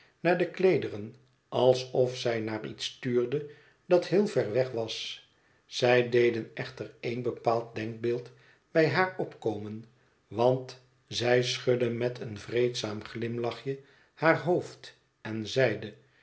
naar de kleederen alsof zij naar iets tuurde dat heel ver weg was zij deden echter één bepaald denkbeeld bij haar opkomen want zij schudde met een vreedzaam glimlachje haar hoofd en zeide